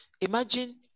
Imagine